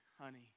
Honey